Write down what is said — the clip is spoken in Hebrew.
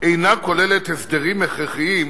אינה כוללת הסדרים הכרחיים